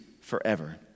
forever